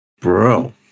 Bro